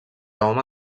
home